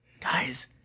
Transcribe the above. Guys